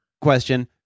question